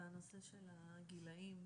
בנושא הזה,